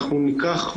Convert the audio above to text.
אנחנו ניקח,